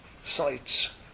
sites